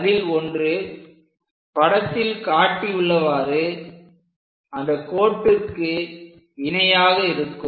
அதில் ஒன்று படத்தில் காட்டியுள்ளவாறு அந்த கோட்டிற்கு இணையாக இருக்கும்